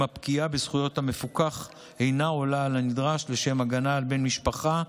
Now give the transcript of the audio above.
אם הפגיעה בזכויות המפוקח אינה עולה על הנדרש לשם הגנה על בן משפחה,